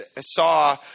saw